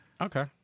Okay